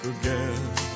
again